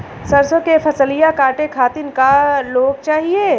सरसो के फसलिया कांटे खातिन क लोग चाहिए?